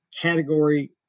category